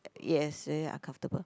yes very uncomfortable